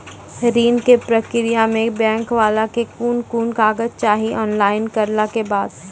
ऋण के प्रक्रिया मे बैंक वाला के कुन कुन कागज चाही, ऑनलाइन करला के बाद?